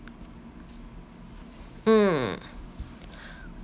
mm